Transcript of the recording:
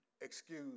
excuse